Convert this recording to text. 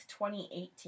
2018